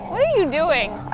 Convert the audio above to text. are you doing?